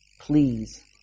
Please